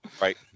Right